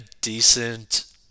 decent